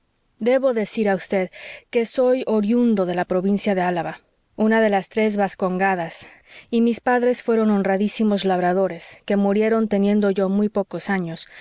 debo decir a vd que soy oriundo de la provincia de álava una de las tres vascongadas y mis padres fueron honradísimos labradores que murieron teniendo yo muy pocos años